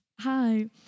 Hi